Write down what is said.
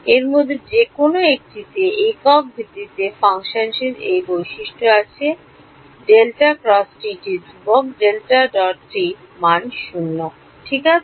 এর মধ্যে যে কোনও একটিতে একক ভিত্তিতে ফাংশনটিতে এই বৈশিষ্ট্য রয়েছে টি ধ্রুবক শূন্য ঠিক আছে